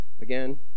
Again